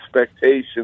expectations